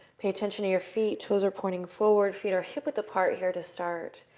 pay attention to your feet. toes are pointing forward, feet are hip-width apart here to start.